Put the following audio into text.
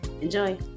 Enjoy